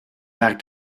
back